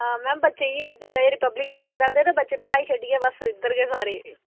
हां मैम बच्चें गी जेल्लै एह् रिप्बलिक डे बगैरा होंदा ना बच्चे पढ़ाई छड्ढियै बस इद्धर गै सारे